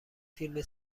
فیلم